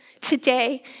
today